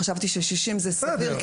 חשבתי ש-60 זה סביר.